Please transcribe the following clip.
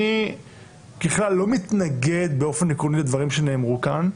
אני ככלל לא מתנגד באופן עקרוני לדברים שנאמרו כאן,